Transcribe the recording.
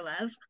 Love